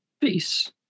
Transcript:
peace